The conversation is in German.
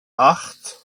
acht